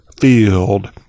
Field